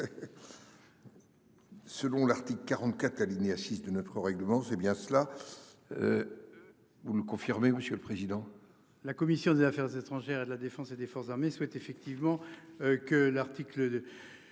Selon l'article 44 alinéa 6 de notre règlement. C'est bien cela. Vous le confirmez, monsieur le président. La commission des affaires étrangères et de la Défense et des forces armées souhaite effectivement que l'article